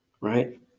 right